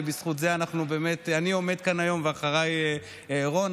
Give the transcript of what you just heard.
ובזכות זה אני עומד כאן היום ואחריי רון,